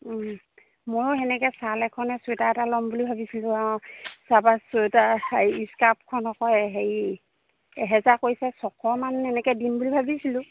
ময়ো তেনেকৈ ছাল এখনে চুৱেটাৰ এটা ল'ম বুলি ভাবিছিলোঁ আৰু তাৰপৰা চুৱেটাৰ হেৰি স্কাৰ্ফখন আকৌ হেৰি এহেজাৰ কৈছে ছশমান এনেকৈ দিম বুলি ভাবিছিলোঁ